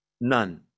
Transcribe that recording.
None